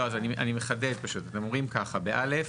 אני מחדד פשוט, אומרים ככה, בא'